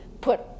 put